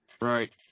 Right